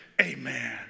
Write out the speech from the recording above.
Amen